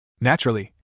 Naturally